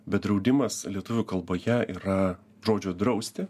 bet draudimas lietuvių kalboje yra žodžio drausti